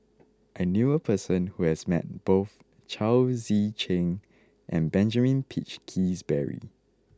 I knew a person who has met both Chao Tzee Cheng and Benjamin Peach Keasberry